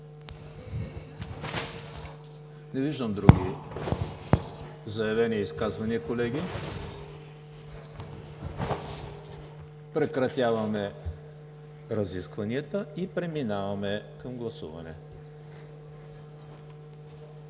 Не виждам други заявени изказвания, колеги. Прекратяваме разискванията и преминаваме към гласуване.